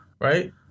right